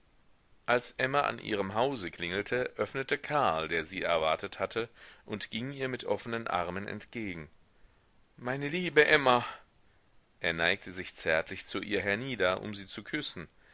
als emma an ihrem hause klingelte öffnete karl der sie erwartet hatte und ging ihr mit offenen armen entgegen meine liebe emma er neigte sich zärtlich zu ihr hernieder um sie zu küssen